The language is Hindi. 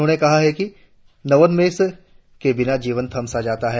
उन्होंने कहा कि नवोन्मेष के बिना जीवन थम सा जाता है